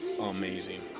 amazing